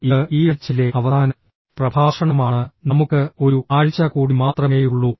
ഇത് ഈ ആഴ്ചയിലെ അവസാന പ്രഭാഷണമാണ് നമുക്ക് ഒരു ആഴ്ച കൂടി മാത്രമേയുള്ളൂ